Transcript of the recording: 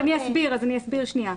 אז אני אסביר שנייה.